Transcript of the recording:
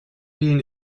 being